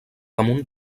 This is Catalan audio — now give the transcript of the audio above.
damunt